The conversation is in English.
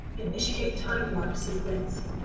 initiate time warp sequence